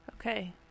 Okay